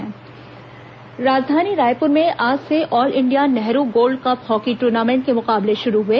hockey राजधानी रायपुर में आज से all India Nehru gold cup hockey tournament के मुकाबले शुरू हुए